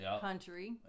Country